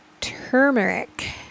turmeric